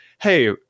hey